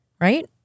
right